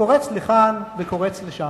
קורץ לכאן וקורץ לשם,